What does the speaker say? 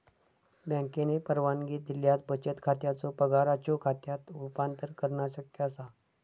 बँकेन परवानगी दिल्यास बचत खात्याचो पगाराच्यो खात्यात रूपांतर करणा शक्य असा